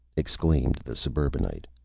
exclaimed the suburbanite.